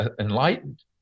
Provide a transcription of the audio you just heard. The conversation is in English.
enlightened